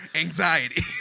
anxiety